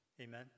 Amen